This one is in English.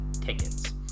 tickets